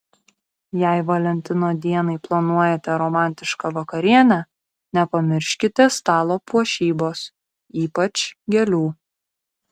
jei valentino dienai planuojate romantišką vakarienę nepamirškite stalo puošybos ypač gėlių